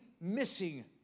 missing